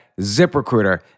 ZipRecruiter